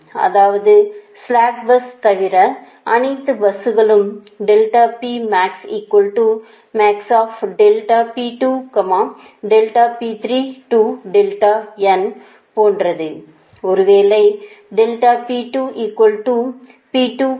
அதாவது slack bus தவிர அனைத்து பஸ்களும் போன்றது